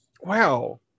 wow